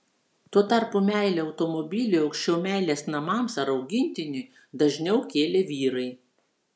tuo tarpu meilę automobiliui aukščiau meilės namams ar augintiniui dažniau kėlė vyrai